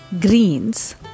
greens